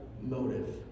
motive